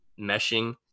meshing